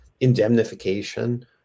indemnification